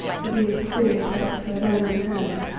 for thee a spear cast by thine own hand.